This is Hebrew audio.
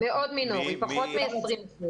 פחות מ-20%.